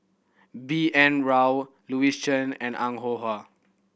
B N Rao Louis Chen and Ong Ah Hoi